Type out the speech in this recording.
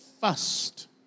first